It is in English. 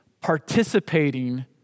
participating